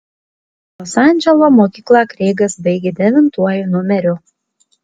los andželo mokyklą kreigas baigė devintuoju numeriu